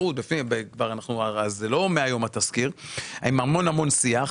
התזכיר הוא לא מהיום ונעשה המון שיח.